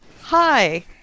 Hi